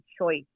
choice